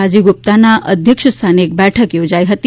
રાજીવકુમાર ગુપ્તાના અધ્યક્ષસ્થાને એક બેઠક યોજાઈ હતી